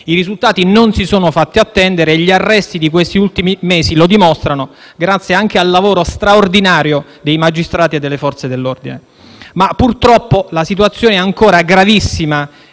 I risultati non si sono fatti attendere e gli arresti degli ultimi mesi lo dimostrano, grazie anche al lavoro straordinario dei magistrati e delle Forze dell'ordine. Purtroppo, però, la situazione è ancora gravissima